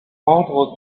ordre